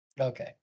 Okay